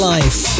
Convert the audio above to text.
Life